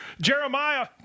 Jeremiah